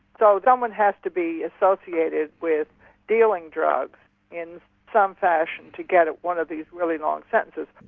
so someone has to be associated with dealing drugs in some fashion to get one of these really long sentences.